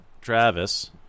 Travis